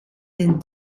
den